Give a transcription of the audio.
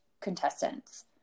contestants